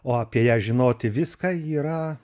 o apie ją žinoti viską yra